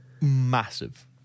Massive